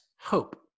hope